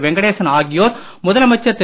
வெங்கடேசன் ஆகியோர் முதலமைச்சர் திரு